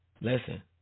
listen